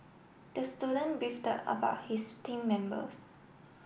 the student beefed about his team members